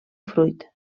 fruit